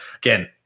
Again